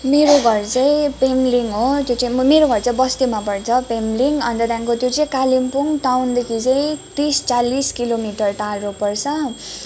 मेरो घर चाहिँ पेम्लिङ हो त्यो चाहिँ मेरो घर चाहिँ बस्तीमा पर्छ पेम्लिङ अन्त त्यहाँदेखिको त्यो चाहिँ कालिम्पोङ टाउनदेखि चाहिँ तिस चालिस किलोमिटर टाढो पर्छ